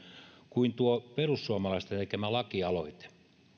kuin tuo perussuomalaisten tekemä lakialoite